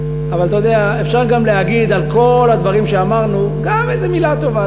אבל אפשר גם לומר על כל הדברים שאמרנו גם איזו מילה טובה.